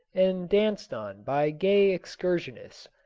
and danced on by gay excursionists,